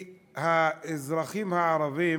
האזרחים הערבים